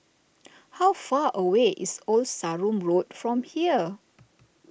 how far away is Old Sarum Road from here